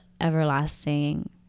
everlasting